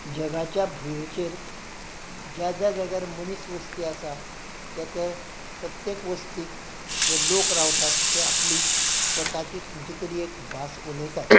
जगाच्या भुंयेचेर ज्या ज्या जाग्यार मनीस वस्ती आसा त्या त्या प्रत्येक वस्तीक जे लोक रावतात ते आपली स्वताची खंयची तरी एक भास उलयतात